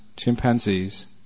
chimpanzees